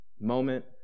Moment